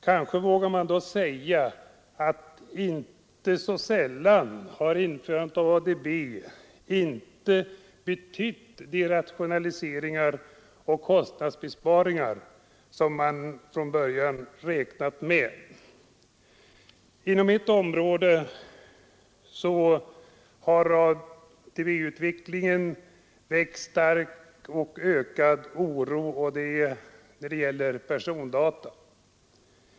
Kanske vågar man dock säga att inte sällan har ADB visat sig ej medföra de rationaliseringar och kostnadsbesparingar som man från början räknat med. Inom ett område har ADB-utvecklingen väckt stark och ökad oro, och det är persondata.